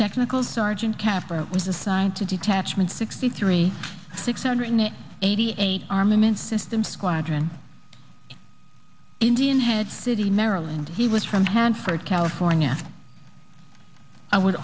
technical sergeant capper was assigned to detachment sixty three six hundred eighty eight armament systems squadron indian head city maryland he was from hanford california i would